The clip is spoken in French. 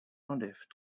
enlève